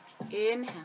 Inhale